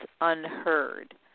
unheard